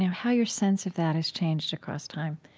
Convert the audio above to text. how your sense of that has changed across time.